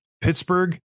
Pittsburgh